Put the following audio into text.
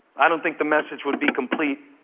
i don't think the message would be complete